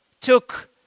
took